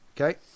Okay